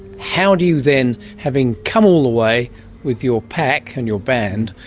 how do you then, having come all the way with your pack and your band,